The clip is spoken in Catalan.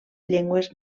llengües